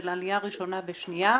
של עלייה ראשונה ושנייה,